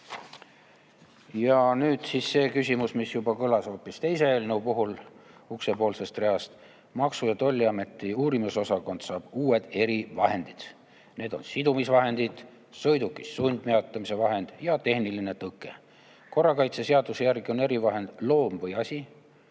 Ja nüüd see küsimus, mis kõlas hoopis teise eelnõu puhul uksepoolsest reast. Maksu- ja Tolliameti uurimisosakond saab uued erivahendid. Need on sidumisvahendid, sõiduki sundpeatamise vahend ja tehniline tõke. Korrakaitseseaduse järgi on erivahendid loom või asi,